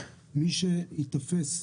מי שייתפס,